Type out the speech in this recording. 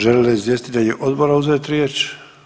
Žele li izvjestitelji odbora uzeti riječi?